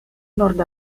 nord